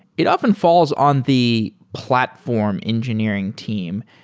it often falls on the platform engineering team,